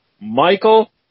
Michael